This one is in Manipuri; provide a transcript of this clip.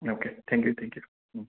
okay thank you thank you um